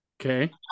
Okay